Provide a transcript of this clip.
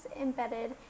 embedded